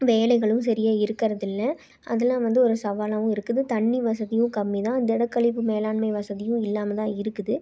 வேலைகளும் சரியாக இருக்கிறதில்ல அதலாம் வந்து ஒரு சவாலாகவும் இருக்குது தண்ணி வசதியும் கம்மிதான் திடக்கழிவு மேலாண்மை வசதியும் இல்லாமல்தான் இருக்குது